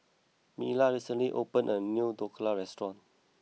Mila recently opened a new Dhokla restaurant